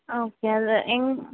okay அது எங்க